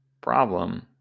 problem